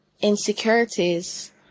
insecurities